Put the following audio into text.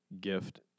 gift